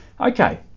Okay